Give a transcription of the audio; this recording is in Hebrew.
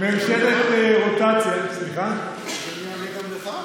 ממשלת רוטציה, אתה רוצה שאענה גם לך?